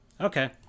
Okay